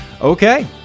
Okay